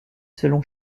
selon